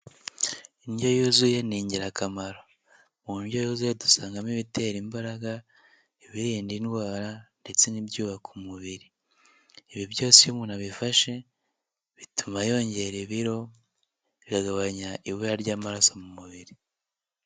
Indyo yuzuye ni ingirakamaro, mu ndyo yuzuye dusangamo ibitera imbaraga, ibirinda indwara ndetse n'ibyubaka umubiri, ibi byose iyo umuntu abifashe bituma yongera ibiro bikagabanya ibura ry'amaraso mu mubiri.